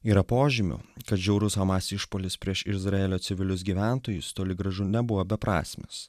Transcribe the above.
yra požymių kad žiaurus hamas išpuolis prieš izraelio civilius gyventojus toli gražu nebuvo beprasmis